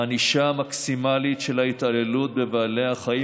הענישה המקסימלית על התעללות בבעלי החיים